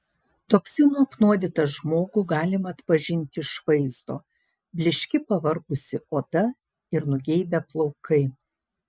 toksinų apnuodytą žmogų galima atpažinti iš vaizdo blyški pavargusi oda ir nugeibę plaukai